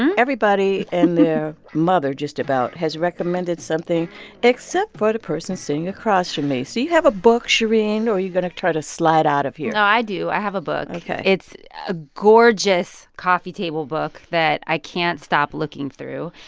and everybody and their mother just about has recommended something except for the person sitting across from me. so you have a book, shereen? or are you going to try to slide out of here? no, i do. i have a book ok it's a gorgeous coffee table book that i can't stop looking through.